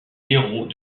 héros